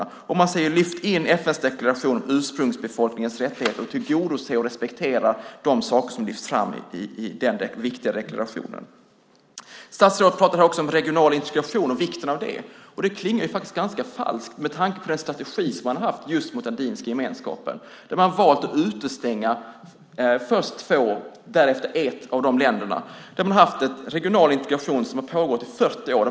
Man säger även: Lyft in FN:s deklaration om ursprungsbefolkningars rättigheter, och tillgodose och respektera de saker som lyfts fram i denna viktiga deklaration! Statsrådet talar också om regional integration och vikten av det. Det klingar ganska falskt med tanke på den strategi som man har haft just mot Andinska gemenskapen där man valt att utestänga först två och därefter ett av de länderna där man har haft en regional integration som har pågått i 40 år.